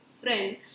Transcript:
friend